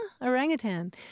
Orangutan